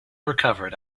recovered